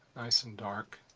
nice and dark.